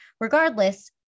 Regardless